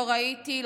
לא ראיתי,